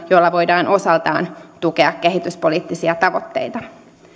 joilla voidaan osaltaan tukea kehityspoliittisia tavoitteita